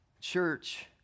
Church